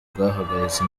bwahagaritse